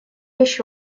еще